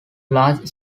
large